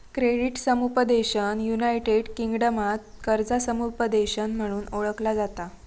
credit समुपदेशन united किंगडमात कर्जा समुपदेशन म्हणून ओळखला जाता